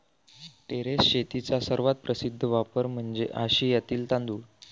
terrace शेतीचा सर्वात प्रसिद्ध वापर म्हणजे आशियातील तांदूळ